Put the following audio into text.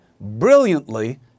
brilliantly